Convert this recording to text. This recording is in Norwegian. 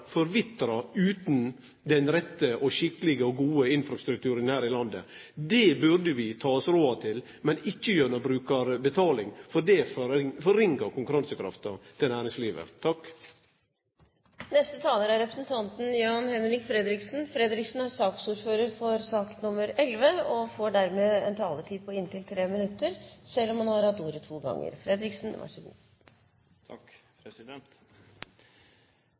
forvitrar utan den rette, skikkelege og gode infrastrukturen her i landet. Det burde vi ta oss råd til, men ikkje gjennom brukarbetaling, for det svekkjer konkurransekrafta til næringslivet. Neste taler er representanten Jan-Henrik Fredriksen. Fredriksen er saksordfører for sak nr. 11 og får dermed en taletid på inntil 3 minutter, selv om han har hatt ordet to